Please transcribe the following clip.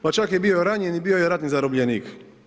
Pa čak je bio ranjen i bio je ratni zarobljenik.